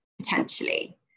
potentially